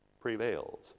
prevails